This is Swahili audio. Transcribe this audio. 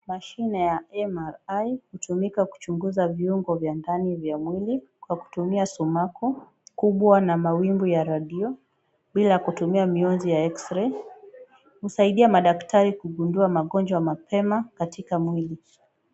Mashine za MRI hutumika kuchuguza viungo vya ndani vya mwili kwa kutumia sumaku kubwa na mawimbi ya radio, bila kutumia miunzi ya x-ray , husaidia madaktari kugungua magonjwa mapema katika miwili.